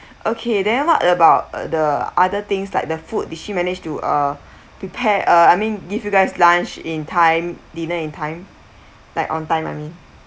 okay then what about the other things like the food did she manage to uh prepare uh I mean give you guys lunch in time dinner in time like on time I mean